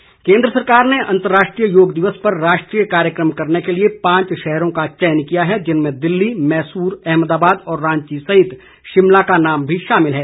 योग दिवस केंद्र सरकार ने अंतर्राष्ट्रीय योग दिवस पर राष्ट्रीय कार्यक्रम करने के लिए पांच शहरों का चयन किया है जिनमें दिल्ली मैसूर अहमदाबाद और रांची सहित शिमला का नाम भी शामिल हैं